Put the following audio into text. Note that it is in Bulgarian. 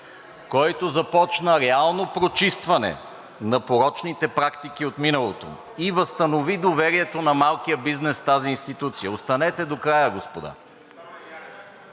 който започна реално прочистване на порочните практики от миналото и възстанови доверието на малкия бизнес в тази институция. (Народни